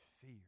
fear